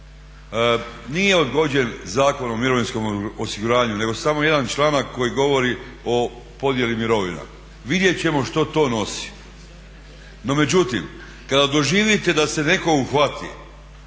Nije odgođen Zakon o mirovinskom osiguranju nego samo jedan članak koji govori o podjeli mirovina. Vidjeti ćemo što to nosi. No međutim, kada doživite da se netko uhvati